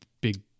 big